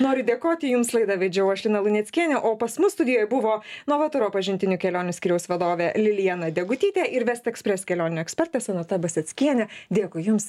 noriu dėkoti jums laidą vedžiau aš lina luneckienė o pas mus studijoj buvo novaturo pažintinių kelionių skyriaus vadovė lilijana degutytė ir west express kelionių ekspertė sonata baseckienė dėkui jums